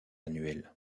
annuel